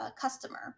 customer